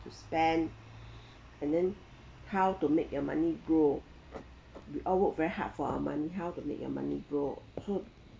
to spend and then how to make your money grow we all work very hard for our money how to make your money grow food